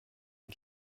und